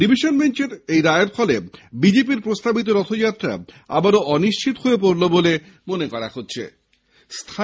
division বেঞ্চের গতকালের এই রায়ের ফলে বিজেপি প্রস্তাবিত রথযাত্রা আবারও অনিশ্চিত হয়ে পড়ল বলে মনে করা হচ্ছে